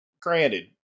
granted